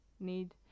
need